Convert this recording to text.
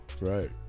right